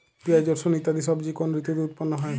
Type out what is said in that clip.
পিঁয়াজ রসুন ইত্যাদি সবজি কোন ঋতুতে উৎপন্ন হয়?